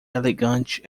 elegante